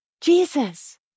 Jesus